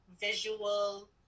visual